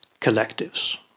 collectives